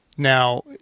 Now